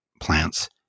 plants